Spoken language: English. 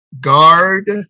Guard